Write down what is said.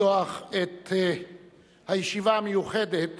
לפתוח את הישיבה המיוחדת